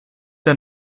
der